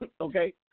Okay